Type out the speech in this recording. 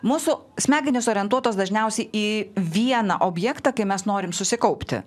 mūsų smegenys orientuotos dažniausiai į vieną objektą kai mes norim susikaupti